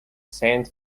saint